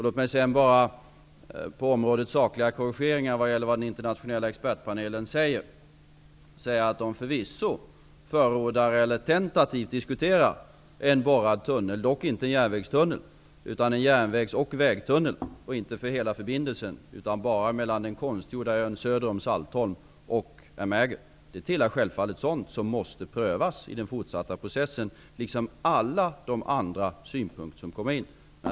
Låt mig sedan på området sakliga korrigeringar beträffande vad den internationella expertpanelen säger nämna att den förvisso förordar, eller tentativt diskuterar, en borrad tunnel. Det är dock inte fråga om en järnvägstunnel, utan en järnvägsoch vägtunnel. Det gäller inte för hela förbindelsen, utan enbart mellan den konstgjorda ön söder om Saltholm och Amager. Det tillhör självfallet sådant som måste prövas i den fortsatta processen, liksom alla andra synpunkter som kommer in.